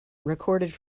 recorded